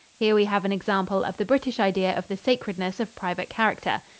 here we have an example of the british idea of the sacredness of private character.